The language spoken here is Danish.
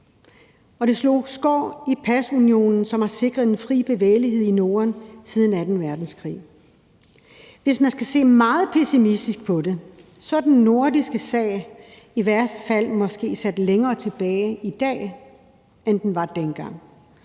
og det slog skår i pasunionen, som har sikret den fri bevægelighed i Norden siden anden verdenskrig. Hvis man skal se meget pessimistisk på det, er den nordiske sag i værste fald måske sat længere tilbage i dag, end den var dengang